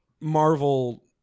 Marvel